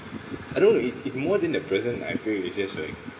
I don't know it's it's more than the present I feel it's just like